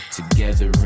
Together